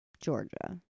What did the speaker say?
Georgia